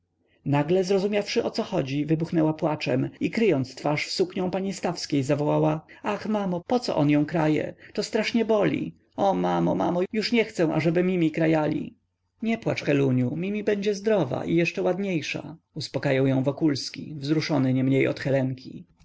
nagle zrozumiawszy o co chodzi wybuchnęła płaczem i kryjąc twarz w suknią pani stawskiej zawołała ach mamo poco on ją kraje to strasznie boli o mamo mamo już nie chcę ażeby mimi krajali nie płacz heluniu mimi będzie zdrowa i jeszcze ładniejsza uspakajał ją wokulski wzruszony niemniej od helenki